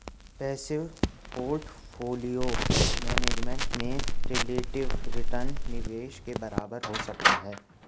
passive portfolio management में relative return निवेश के बराबर हो सकता है